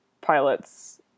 pilots